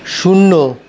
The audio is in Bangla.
শূন্য